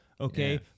okay